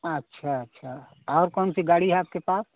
अच्छा अच्छा और कौन सी गाड़ी है आपके पास